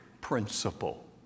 principle